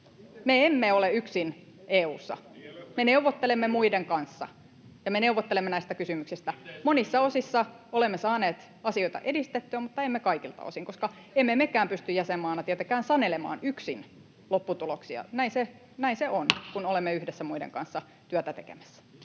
Me emme ole yksin EU:ssa. Me neuvottelemme muiden kanssa, ja me neuvottelemme näistä kysymyksistä. Monissa osissa olemme saaneet asioita edistettyä, mutta emme kaikilta osin, koska emme mekään pysty jäsenmaana tietenkään sanelemaan yksin lopputuloksia. Näin se on, kun olemme yhdessä muiden kanssa työtä tekemässä.